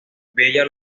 bella